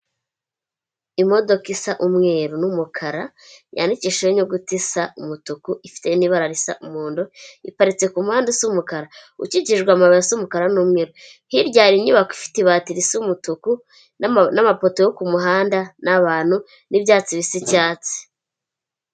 Imodoka isa umweru n'umukara, yandikishijeho inyuguti isa umutuku, ifite n'ibara risa umuhondo, iparitse ku umuhanda usa umukara, ukikijwe amabuye asa umukara n'umweru. Hirya hari inyubako ifite ibati risa umutuku, n'amapoto yo kumuhanda n'abantu, n'ibyatsi bisa icyatsi.